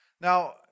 Now